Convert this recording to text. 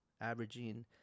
averaging